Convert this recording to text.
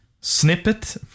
snippet